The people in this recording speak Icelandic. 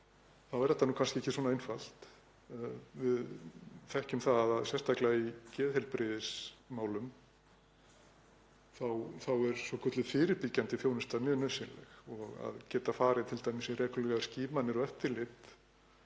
þá er þetta kannski ekki svona einfalt. Við þekkjum það sérstaklega í geðheilbrigðismálum að svokölluð fyrirbyggjandi þjónusta er mjög nauðsynleg og að geta farið t.d. í reglulegar skimanir og eftirlit,